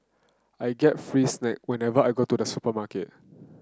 I get free snack whenever I go to the supermarket